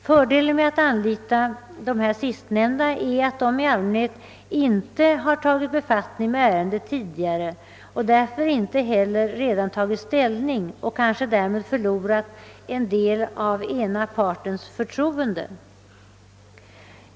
Fördelen med att anlita sistnämnda personer är att de i allmänhet inte torde ha tagit befattning med ärendet tidigare och därför inte heller tagit ställning och därmed kanske förlorat en del av ena partens förtroende.